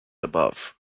above